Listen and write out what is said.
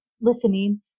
listening